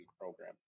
program